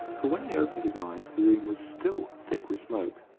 for when he opened his eyes the room was still thick with smoke,